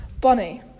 Bonnie